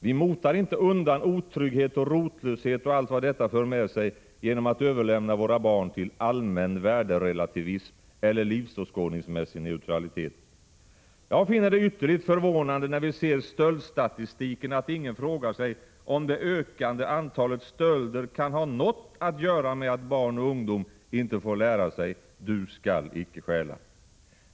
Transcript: Vi motar inte undan otrygghet och rotlöshet och allt vad detta för med sig genom att överlämna våra barn till allmän värderelativism eller livsåskådningsmässig neutralitet. Jag finner det ytterligt förvånande, när vi ser stöldstatistiken, att ingen frågar sig om det ökande antalet stölder kan ha något att göra med att barn och ungdom inte får lära sig att Du skall icke stjäla.